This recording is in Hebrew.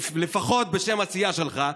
לפחות בשם הסיעה שלך,